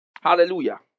Hallelujah